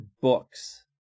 books